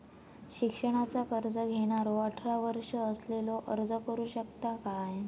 शिक्षणाचा कर्ज घेणारो अठरा वर्ष असलेलो अर्ज करू शकता काय?